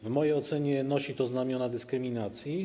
W mojej ocenie nosi to znamiona dyskryminacji.